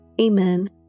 Amen